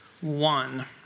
one